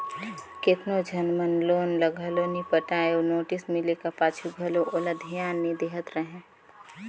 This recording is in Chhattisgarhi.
केतनो झन मन लोन ल घलो नी पटाय अउ नोटिस मिले का पाछू घलो ओला धियान नी देहत रहें